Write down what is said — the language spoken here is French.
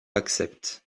accepte